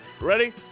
Ready